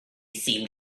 seemed